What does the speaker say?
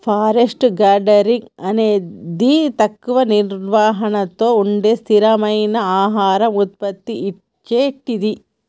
forest gardening అనేది తక్కువ నిర్వహణతో ఉండే స్థిరమైన ఆహార ఉత్పత్తి ఇచ్చేటిది